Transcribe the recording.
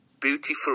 beautiful